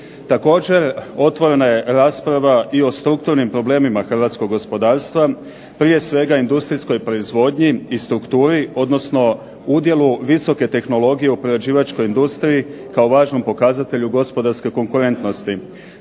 Također otvorena je rasprava i o strukturnim problemima hrvatskog gospodarstva. Prije svega industrijskoj proizvodnji i strukturi, odnosno udjelu visoke tehnologije u prerađivačkoj industriji kao važnom pokazatelju gospodarske konkurentnosti.